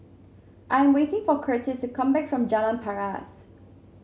I am waiting for Curtiss to come back from Jalan Paras